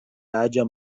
aĝa